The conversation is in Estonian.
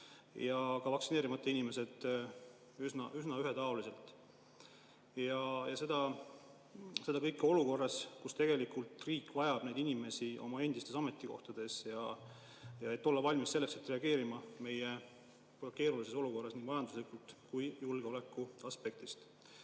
ja vaktsineerimata inimesi üsna ühetaoliselt. Seda kõike olukorras, kus tegelikult riik vajab neid inimesi oma endistel ametikohtadel, et olla valmis reageerima meie keerulises olukorras nii majanduslikult kui ka julgeoleku aspektist.